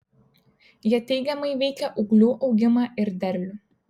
jie teigiamai veikia ūglių augimą ir derlių